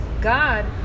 God